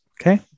Okay